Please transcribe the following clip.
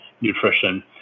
nutrition